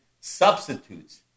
substitutes